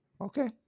Okay